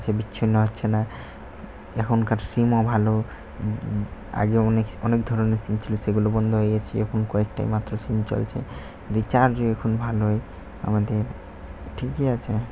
আছে বিচ্ছন্ন হচ্ছে না এখনকার সিমও ভালো আগেও অনেক অনেক ধরনের সিম ছিলো সেগুলো বন্ধ হয়ে গছে এখন কয়েকটাই মাত্র সিম চলছে রিচার্জও এখন ভালোই আমাদের ঠিকই আছে